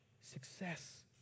success